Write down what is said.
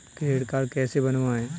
Credit card कैसे बनवाएँ?